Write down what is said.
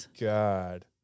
God